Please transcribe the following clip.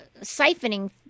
siphoning